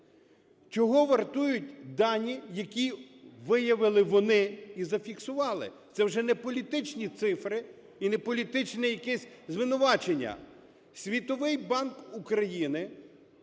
Чого вартують дані, які виявили вони і зафіксували? Це вже не політичні цифри і не політичне якесь звинувачення. Світовий банк Україні